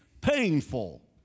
painful